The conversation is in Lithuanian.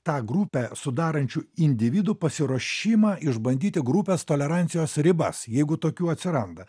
tą grupę sudarančių individų pasiruošimą išbandyti grupės tolerancijos ribas jeigu tokių atsiranda